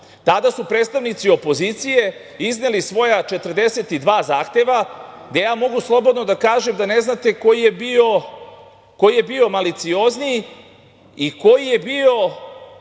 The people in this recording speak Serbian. Tada su predstavnici opozicije izneli svoja 42 zahteva gde ja mogu slobodno da kažem da ne znate koji je bio maliciozniji i koji je bio